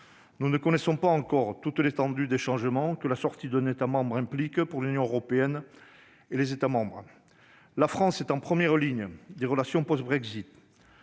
Nous ne connaissons pas encore toute l'étendue des changements que la sortie d'un État membre implique pour l'Union européenne et les autres États membres. La France est en première ligne des relations post-Brexit.